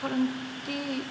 କରନ୍ତି